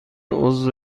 عضو